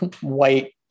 white